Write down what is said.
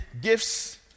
gifts